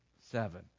seven